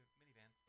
minivan